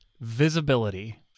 visibility